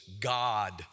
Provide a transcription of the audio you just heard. God